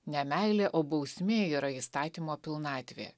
ne meilė o bausmė yra įstatymo pilnatvė